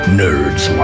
nerds